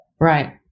Right